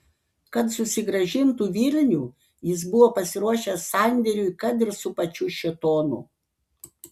kad susigrąžintų vilnių jis buvo pasiruošęs sandėriui kad ir su pačiu šėtonu